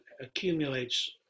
accumulates